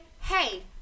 hey